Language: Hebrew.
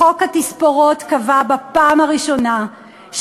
חוק התספורות קבע בפעם הראשונה,